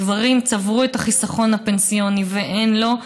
הגברים צברו את החיסכון הפנסיוני והן לא,